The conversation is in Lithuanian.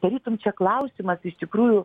tarytum čia klausimas iš tikrųjų